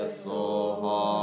soha